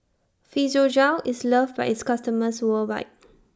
Physiogel IS loved By its customers worldwide